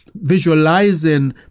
visualizing